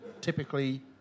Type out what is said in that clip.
typically